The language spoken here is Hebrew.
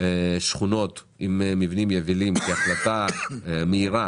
שכונות עם מבנים יבילים היא החלטה מהירה